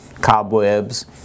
cobwebs